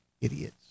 idiots